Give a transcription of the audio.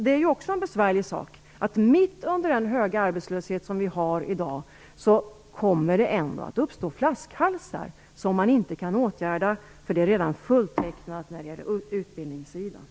Det är besvärligt att det just när arbetslösheten är så hög som i dag kommer att uppstå flaskhalsar som man inte kan åtgärda eftersom utbildningarna redan är fulltecknade.